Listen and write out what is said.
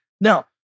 Now